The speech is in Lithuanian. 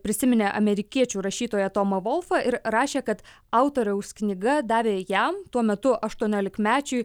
prisiminė amerikiečių rašytoją tomą volfą ir rašė kad autoriaus knyga davė jam tuo metu aštuoniolikmečiui